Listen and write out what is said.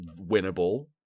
winnable